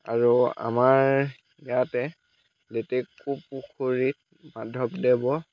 আৰু আমাৰ ইয়াতে লেটেকুপুখুৰীত মাধৱদেৱৰ